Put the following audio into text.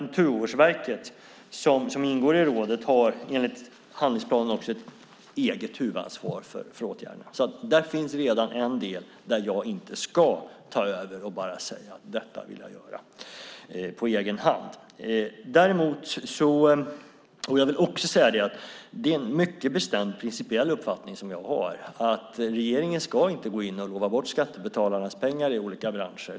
Naturvårdsverket, som ingår i rådet, har enligt handlingsplanen ett eget huvudansvar för åtgärderna. Där finns redan en del där jag inte ska ta över och säga vad jag vill göra. Jag har en mycket bestämd principiell uppfattning att regeringen inte ska lova bort skattebetalarnas pengar i olika branscher.